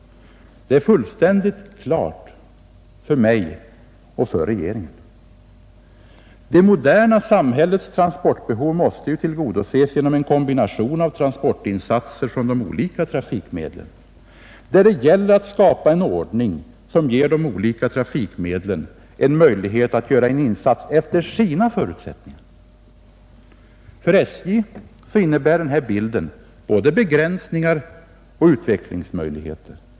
Det är fullständigt klart för mig och för regeringen. Det moderna samhällets transportbehov måste tillgodoses genom en kombination av transportinsatser från de olika trafikmedlen där det gäller att skapa en ordning som ger de olika trafikmedlen en möjlighet att göra en insats efter sina förutsättningar. För SJ innebär den här bilden både begränsningar och utvecklingsmöjligheter.